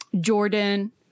Jordan